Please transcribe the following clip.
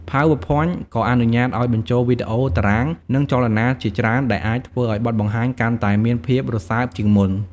PowerPoint ក៏អនុញ្ញាតិឱ្យបញ្ចូលវីដេអូ តារាង និងចលនាជាច្រើនដែលអាចធ្វើឱ្យបទបង្ហាញកាន់តែមានភាពរស៊ើបជាងមុន។